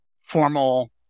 formal